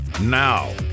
Now